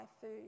food